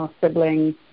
siblings